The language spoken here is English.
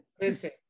Listen